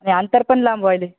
नाही अंतर पण लांब व्हायले